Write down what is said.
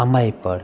समयपर